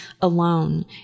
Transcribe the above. alone